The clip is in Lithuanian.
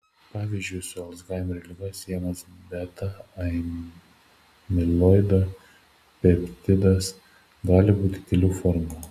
pavyzdžiui su alzhaimerio liga siejamas beta amiloido peptidas gali būti kelių formų